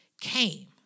came